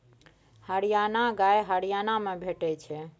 हरियाणा गाय हरियाणा मे भेटै छै